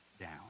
down